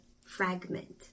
Fragment